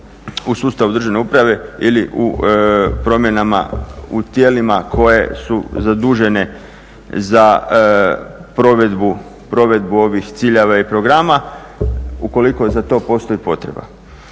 u sustavu državne uprave ili u promjenama u tijelima koje su zadužene za provedbu ovih ciljeva i programa ukoliko za to postoji potreba.